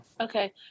Okay